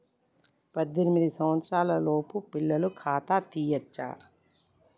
పద్దెనిమిది సంవత్సరాలలోపు పిల్లలకు ఖాతా తీయచ్చా?